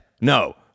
No